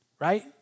right